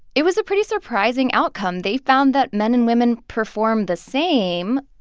it was a pretty surprising outcome. they found that men and women performed the same,